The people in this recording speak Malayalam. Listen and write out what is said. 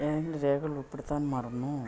ഏതെങ്കിലും രേഖകൾ ഉൾപ്പെടുത്താൻ മറന്നോ